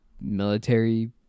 military